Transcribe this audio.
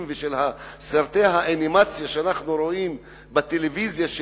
ושל סרטי האנימציה שאנחנו רואים בטלוויזיה,